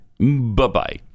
Bye-bye